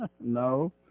No